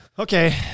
Okay